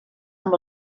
amb